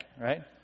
right